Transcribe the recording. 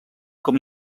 com